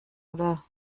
oder